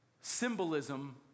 symbolism